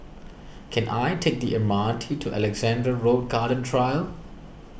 can I take the M R T to Alexandra Road Garden Trail